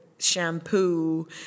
shampoo